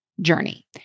journey